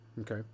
Okay